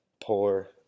poor –